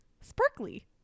sparkly